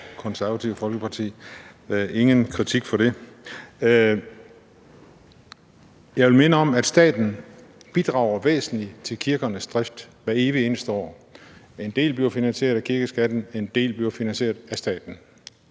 Konservative Folkeparti. Ingen kritik for det. Jeg vil minde om, at staten bidrager væsentligt til kirkernes drift hvert evig eneste år. En del bliver finansieret af kirkeskatten; en del bliver finansieret af staten.